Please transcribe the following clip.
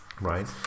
right